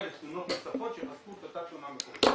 לתלונות נוספות שיחזקו את אותה תלונה מקורית.